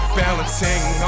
balancing